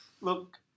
look